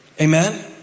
Amen